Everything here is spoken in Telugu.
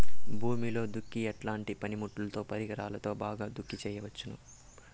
భూమిలో దుక్కి ఎట్లాంటి పనిముట్లుతో, పరికరాలతో బాగా దుక్కి చేయవచ్చున?